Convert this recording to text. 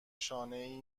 شانهای